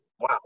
wow